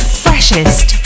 freshest